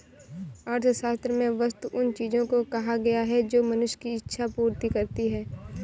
अर्थशास्त्र में वस्तु उन चीजों को कहा गया है जो मनुष्य की इक्षा पूर्ति करती हैं